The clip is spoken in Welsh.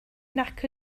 nac